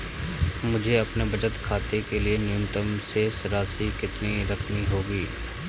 मुझे अपने बचत खाते के लिए न्यूनतम शेष राशि कितनी रखनी होगी?